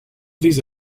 these